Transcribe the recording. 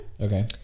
Okay